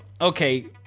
okay